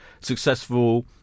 successful